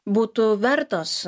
būtų vertos